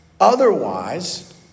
Otherwise